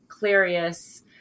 Clarius